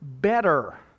better